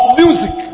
music